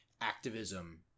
activism